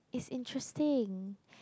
it's interesting